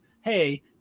hey